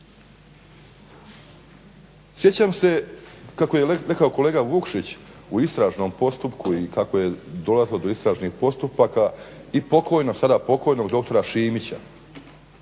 Sjećam se kako je rekao kolega Vukšić u istražnom postupku i kako je dolazilo do istražnih postupaka i sada pokojnog doktora Šimića